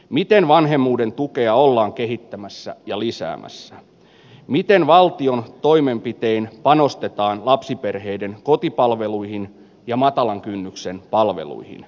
miten vanhemmuuden tukea ollaan kehittämässä ja lisäämässä miten valtion toimenpitein panostetaan lapsiperheiden kotipalveluihin ja matalan kynnyksen palveluihin